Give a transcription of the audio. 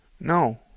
No